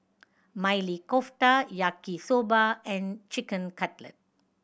Maili Kofta Yaki Soba and Chicken Cutlet